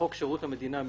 חוק שירות המדינה (משמעת).